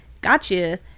gotcha